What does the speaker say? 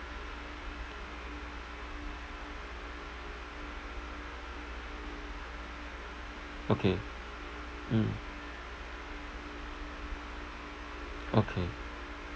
okay mm okay